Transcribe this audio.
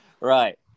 Right